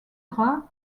gras